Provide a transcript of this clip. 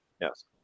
yes